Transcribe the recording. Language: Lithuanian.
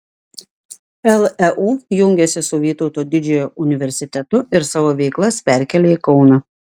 leu jungiasi su vytauto didžiojo universitetu ir savo veiklas perkelia į kauną